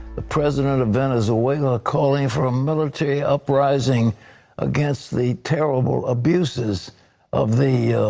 the president of venezuela calling for a military uprising against the terrible abuses of the